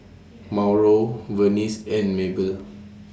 Mauro Venice and Maebell